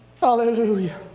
Hallelujah